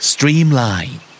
Streamline